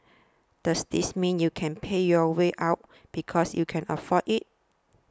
does this mean you can pay your way out because you can afford it